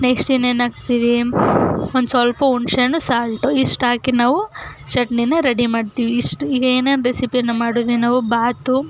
next ಇನ್ನೇನು ಹಾಕ್ತೀವಿ ಒಂದು ಸ್ವಲ್ಪ ಹುಣಸೇಹಣ್ಣು ಸಾಲ್ಟು ಇಷ್ಟು ಹಾಕಿ ನಾವು ಚಟ್ನಿನ ರೆಡಿ ಮಾಡ್ತೀವಿ ಇಷ್ಟು ಏನೇನು ರೆಸಿಪಿನ ಮಾಡಿದ್ವಿ ನಾವು ಬಾತು